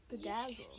Bedazzle